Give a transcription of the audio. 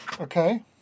Okay